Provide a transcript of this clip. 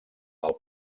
del